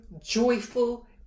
joyful